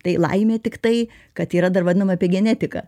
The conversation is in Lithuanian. tai laimė tiktai kad yra dar vadinama apie genetiką